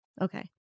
okay